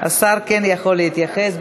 השר כן יכול להתייחס.